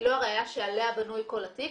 היא לא הראייה שעליה בנוי כל התיק,